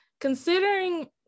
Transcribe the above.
considering